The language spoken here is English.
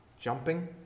Jumping